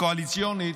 הקואליציונית,